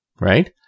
Right